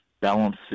balance